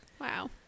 Wow